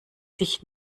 sich